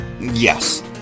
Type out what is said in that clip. Yes